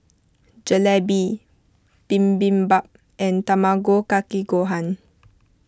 Jalebi Bibimbap and Tamago Kake Gohan